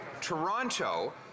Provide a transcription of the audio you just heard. Toronto